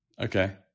Okay